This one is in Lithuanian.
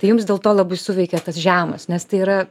tai jums dėl to labai suveikė tas žemas nes tai yra